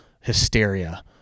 hysteria